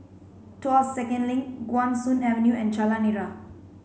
Tuas Second Link Guan Soon Avenue and Jalan Nira